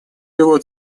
его